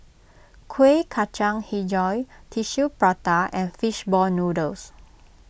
Kueh Kacang HiJau Tissue Prata and Fish Ball Noodles